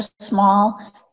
small